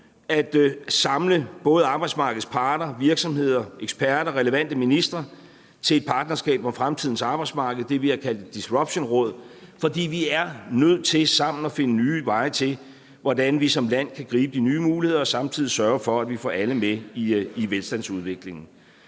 at samle både arbejdsmarkedets parter, virksomheder, eksperter, relevante ministre til et partnerskab om fremtidens arbejdsmarked – det, vi har kaldt et disruptionråd – for vi er nødt til sammen at finde nye veje til, hvordan vi som land kan gribe de nye muligheder og samtidig sørge for, at vi får alle med i velstandsudviklingen.